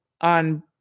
on